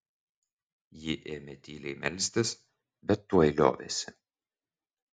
ji ėmė tyliai melstis bet tuoj liovėsi